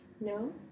No